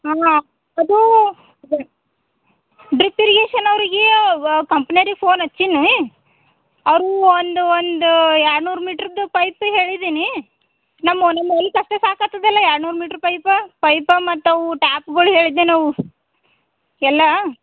ಹಾಂ ಅದು ದ ಡ್ರಿಪ್ಟಿರಿಗೇಷನ್ ಅವರಿಗೆ ಅವು ಕಂಪ್ನೇರಿಗೆ ಫೋನ್ ಹಚ್ಚೀನಿ ಅವರು ಒಂದು ಒಂದು ಎರಡು ನೂರು ಮೀಟರ್ದೂ ಪೈಪ್ ಹೇಳಿದೀನಿ ನಮ್ಮ ನಮ್ಮ ಹೊಲಕ್ಕೆ ಅಷ್ಟೇ ಸಾಕಾಗ್ತದಲ್ಲ ಎರಡು ನೂರು ಮೀಟ್ರ್ ಪೈಪ್ ಪೈಪ ಮತ್ತು ಅವು ಟ್ಯಾಪ್ಗಳು ಹೇಳಿದ್ದೇನೆ ಅವು ಎಲ್ಲ